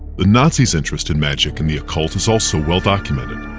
the nazis' interest in magic and the occult is also well documented,